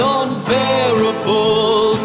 unbearable